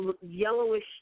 yellowish